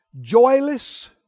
joyless